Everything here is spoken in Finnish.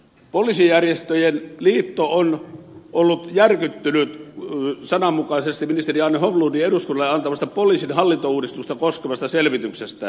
poliisijärjestöjen liitto on ollut sananmukaisesti järkyttynyt ministeri anne holmlundin eduskunnalle antamasta poliisin hallintouudistusta koskevasta selvityksestä